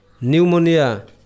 pneumonia